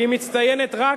היא מצטיינת רק,